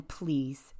please